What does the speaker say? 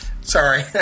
Sorry